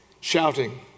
shouting